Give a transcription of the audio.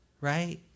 Right